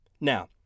Now